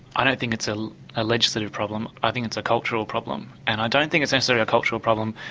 i don't think it's a ah legislative problem, i think it's a cultural problem, and i don't think it's necessarily a cultural problem.